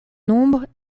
nombre